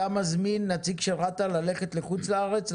אתה מזמין נציג של רת"א ללכת לחוץ לארץ,